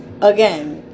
again